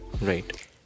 Right